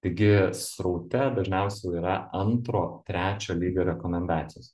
taigi sraute dažniausiai jau yra antro trečio lygio rekomendacijos